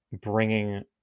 bringing